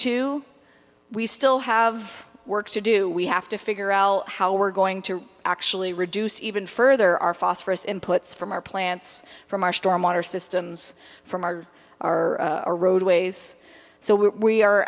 two we still have work to do we have to figure out how we're going to actually reduce even further our phosphorous inputs from our plants from our storm water systems from our our our roadways so we are